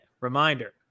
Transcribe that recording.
reminder